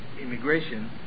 immigration